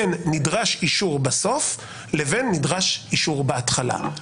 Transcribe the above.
בין נדרש אישור בסוף לבין נדרש אישור בהתחלה.